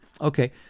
Okay